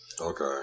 okay